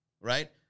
right